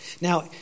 Now